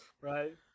right